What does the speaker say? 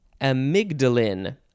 amygdalin